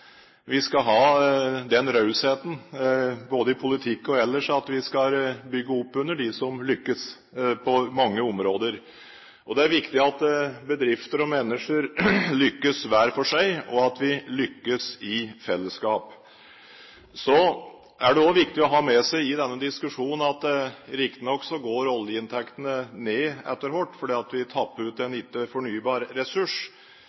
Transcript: vi skal bygge opp under dem som lykkes på mange områder. Det er viktig at bedrifter og mennesker lykkes hver for seg, og at vi lykkes i fellesskap. Så er det også viktig å ha med seg i denne diskusjonen at riktignok går oljeinntektene ned etter hvert, fordi vi tapper ut en ikke-fornybar ressurs.